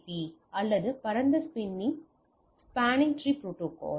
B அல்லது பரந்த spanning tree protocol